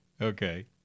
Okay